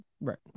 Right